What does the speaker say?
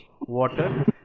water